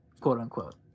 quote-unquote